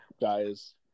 guys